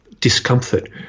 discomfort